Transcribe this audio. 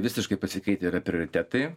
visiškai pasikeitę yra prioritetai